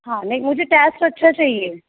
हाँ नहीं मुझे ट्यास्ट अच्छा चाहिए